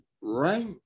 right